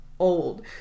Old